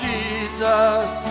Jesus